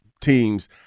teams